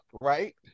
right